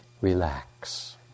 Relax